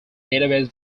database